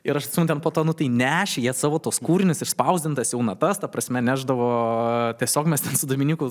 ir aš atsimenu ten po to nu tai nešė jie savo tuos kūrinius išspausdintas jau natas ta prasme nešdavo tiesiog mes ten su dominiku